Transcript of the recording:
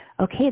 okay